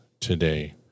today